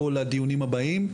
לדיונים הבאים.